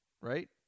Right